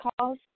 calls